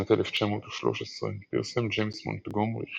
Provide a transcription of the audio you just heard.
בשנת 1913 פרסם ג'יימס מונטגומרי Montgomery